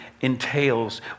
entails